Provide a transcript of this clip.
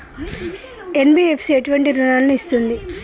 NBFC ఎటువంటి రుణాలను ఇస్తుంది?